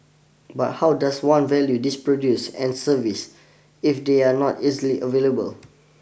but how does one value these produce and service if they are not easily available